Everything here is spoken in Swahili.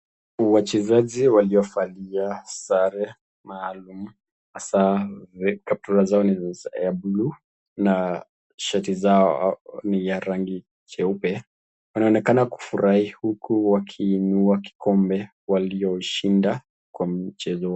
Wachezaji waliovalia sare maalum hasa trouser yao ni ya bluu na sharti zao ni za rangi nyeupe wanaonekana kufurahi huku wakiinua kikombe walioshinda kwa mchezo.